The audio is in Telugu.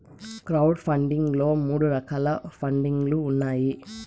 క్రౌడ్ ఫండింగ్ లో మూడు రకాల పండింగ్ లు ఉన్నాయి